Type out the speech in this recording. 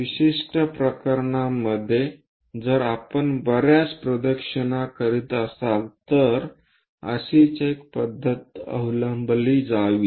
विशिष्ट प्रकरणांमध्ये जर आपण बर्याच प्रदक्षिणा करीत असाल तर अशीच एक पद्धत अवलंबली जावी